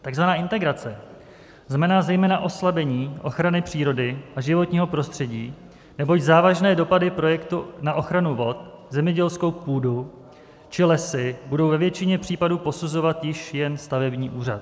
Takzvaná integrace znamená zejména oslabení ochrany přírody a životního prostředí, neboť závažné dopady projektu na ochranu vod, zemědělskou půdu či lesy bude ve většině případů posuzovat již jen stavební úřad.